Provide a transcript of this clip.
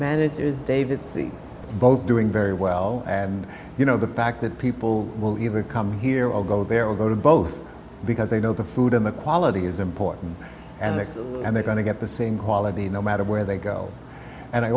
manager is david c both doing very well and you know the fact that people will either come here or go there or go to both because they know the food and the quality is important and that's and they're going to get the same quality no matter where they go and i